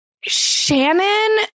Shannon